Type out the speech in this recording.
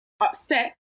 upset